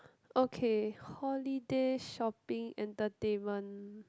okay holiday shopping entertainment